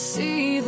see